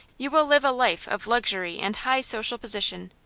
you will live a life of luxury and high social position.